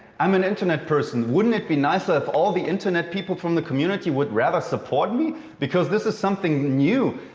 i'm an internet person. wouldn't it be nice if all the internet people from the community would rather support me because this is something new?